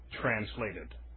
translated